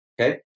Okay